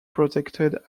protected